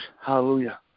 hallelujah